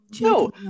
No